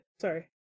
Sorry